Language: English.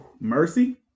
Mercy